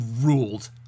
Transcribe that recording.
ruled